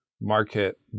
market